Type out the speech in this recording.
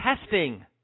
testing